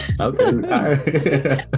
Okay